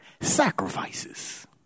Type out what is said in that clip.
sacrifices